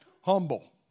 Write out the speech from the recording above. humble